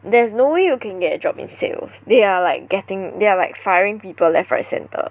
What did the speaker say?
there's no way you can get a drop in sales they are like getting they are like firing people left right centre